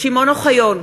שמעון אוחיון,